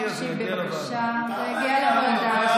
זה יגיע לוועדה.